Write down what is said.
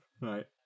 right